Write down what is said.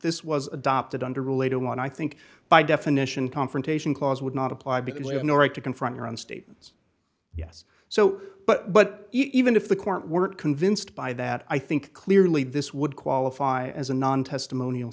this was adopted under a later one i think by definition confrontation clause would not apply because we have no right to confront your own statements yes so but but even if the court weren't convinced by that i think clearly this would qualify as a non testimonial